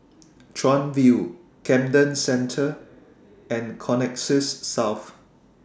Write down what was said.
Chuan View Camden Centre and Connexis South